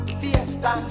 fiesta